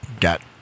got